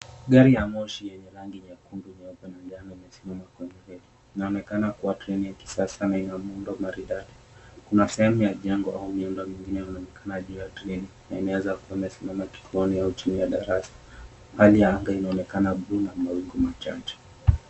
Gari ya moshi yenye rangi nyekundu, nyeupe na njano imesimama kwenye reli. Inaonekana kuwa treni ya kisasa na ina muundo maridadi. Kuna sehemu ya jengo au miundo mingine inaonekana juu ya treni inaweza kuwa imesimama kituoni ama chini ya darasa. Hali ya anga inaonekana buluu na mawingu machache.